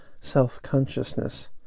self-consciousness